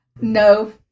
No